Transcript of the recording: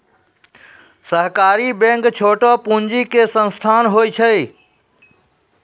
सहकारी बैंक छोटो पूंजी के संस्थान होय छै